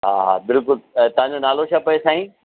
हा हा बिल्कुलु तव्हांजो नालो छा पए साईं